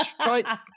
try